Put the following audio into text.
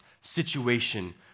situation